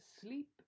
sleep